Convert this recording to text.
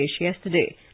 yesterday